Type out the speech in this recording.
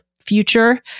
future